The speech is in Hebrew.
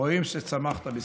רואים שצמחת בספרייה.